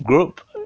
group